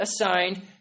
assigned